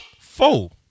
four